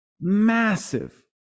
massive